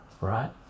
right